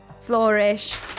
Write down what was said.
flourish